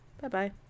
Bye-bye